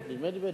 נדמה לי,